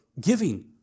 giving